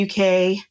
uk